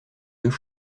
deux